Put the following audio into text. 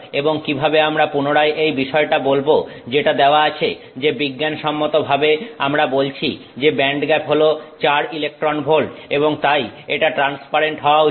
এবং কিভাবে আমরা পুনরায় এই বিষয়টা বলবো যেটা দেওয়া আছে যে বিজ্ঞানসম্মত ভাবে আমরা বলছি যে ব্যান্ডগ্যাপ হল 4 ইলেকট্রন ভোল্ট এবং তাই এটা ট্রান্সপারেন্ট হওয়া উচিত